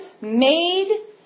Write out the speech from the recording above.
made